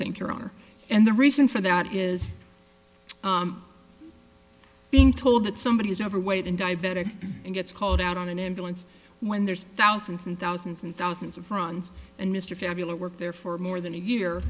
think your honor and the reason for that is being told that somebody is overweight and diabetic and gets called out on an ambulance when there's thousands and thousands and thousands of runs and mr fabulous work there for more than a year